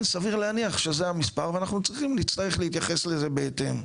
סביר להניח שזה המספר ואנחנו נצטרך להתייחס לזה בהתאם.